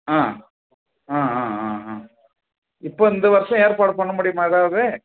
ஆ ஆ ஆ ஆ ஆ இப்போ இந்த வருஷம் ஏற்பாடு பண்ணமுடியுமா ஏதாவது